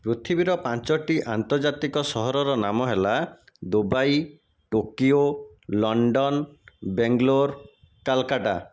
ପୃଥିବୀର ପାଞ୍ଚଟି ଆନ୍ତର୍ଜାତିକ ସହରର ନାମ ହେଲା Dubai Tokyo London Bangalore Kolkata